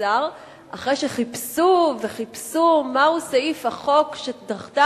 שנעצר אחרי שחיפשו וחיפשו מהו סעיף החוק שלפיו